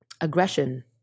aggression